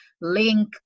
link